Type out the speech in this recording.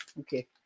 okay